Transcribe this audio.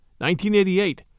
1988